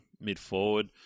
mid-forward